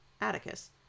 Atticus